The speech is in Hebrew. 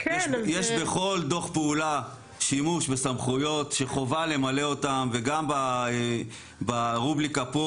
יש בכל דו"ח פעולה שימוש בסמכויות שחובה למלא אותם וגם ברובריקה פה